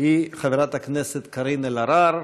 היא חברת הכנסת קארין אלהרר.